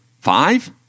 Five